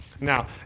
Now